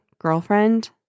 girlfriend